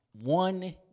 One